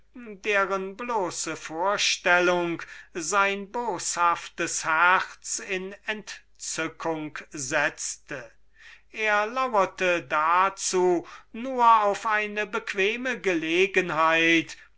deren bloße vorstellung sein boshaftes herz in erzückung setzte er laurte dazu nur auf eine bequeme gelegenheit